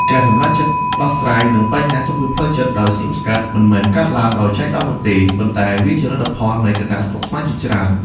ការសម្រេចចិត្តដោះស្រាយនឹងបញ្ហាសុខភាពផ្លូវចិត្តដោយស្ងៀមស្ងាត់ មិនមែនកើតឡើងដោយចៃដន្យនោះទេ ប៉ុន្តែវាជាលទ្ធផលនៃកត្តាស្មុគស្មាញជាច្រើន។